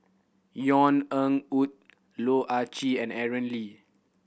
Yvonne Ng Uhde Loh Ah Chee and Aaron Lee